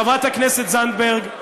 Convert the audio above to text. חברת הכנסת זנדברג,